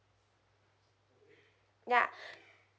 ya